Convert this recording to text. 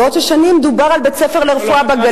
שנים דובר על בית-ספר לרפואה בגליל,